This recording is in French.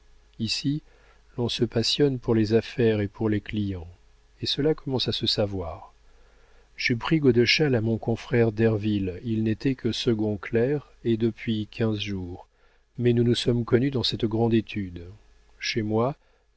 ici on se passionne pour les affaires et pour les clients et cela commence à se savoir j'ai pris godeschal à mon confrère derville il n'était que second clerc et depuis quinze jours mais nous nous sommes connus dans cette grande étude chez moi